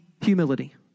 humility